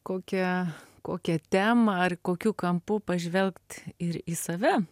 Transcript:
kokia kokią temą ar kokiu kampu pažvelgt ir į save